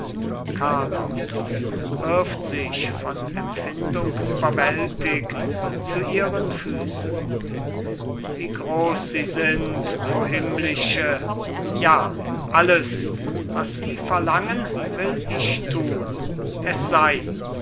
carlos wirft sich von empfindung überwältigt zu ihren füßen wie groß sind sie o himmlische ja alles was sie verlangen will ich tun es sei